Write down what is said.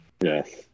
Yes